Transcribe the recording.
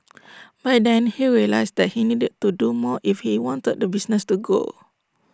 by then he realised that he needed to do more if he wanted the business to grow